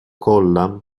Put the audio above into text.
colla